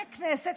ככנסת,